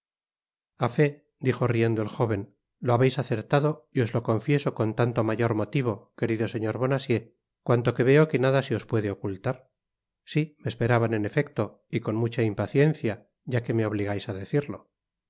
dijo riendo el jóven lo habeis acertado y os lo confieso con tanto mayor motivo querido señor bonacieux cuanto que veo que nada se os puede ocultar sí me esperaban en efecto y con mucha impaciencia ya que me obligais á decirlo